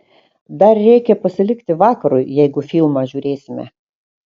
dar reikia pasilikti vakarui jeigu filmą žiūrėsime